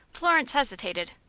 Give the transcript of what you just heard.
florence hesitated,